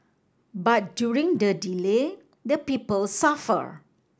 but during the delay the people suffer